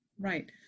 right